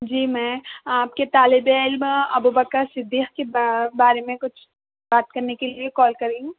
جی میں آپ کے طالبِ علم ابو بکر صدیق کی با بارے میں کچھ بات کرنے کے لیے کال کر رہی ہوں